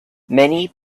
many